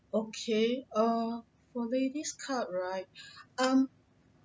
okay err for lady's card right err